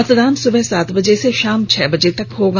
मतदान सुबह सात बजे से शाम छह बजे तक चलेगा